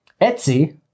Etsy